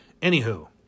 anywho